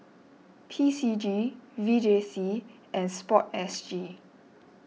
P C G V J C and Sport S G